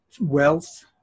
wealth